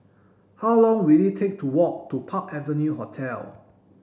how long will it take to walk to Park Avenue Hotel